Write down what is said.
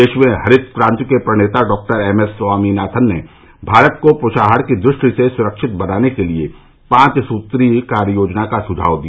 देश में हरित क्रांति के प्रणेता डॉक्टर एम एस स्वामीनाथन ने भारत को पोषाहार की दृष्टि से सुरक्षित बनाने के लिए पांव सुत्री कार्य योजना का सुझाव दिया